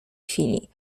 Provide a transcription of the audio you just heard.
chwili